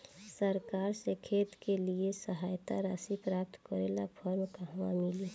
सरकार से खेत के लिए सहायता राशि प्राप्त करे ला फार्म कहवा मिली?